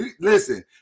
Listen